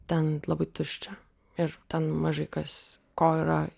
ten labai tuščia ir ten mažai kas ko yra